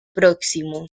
próximo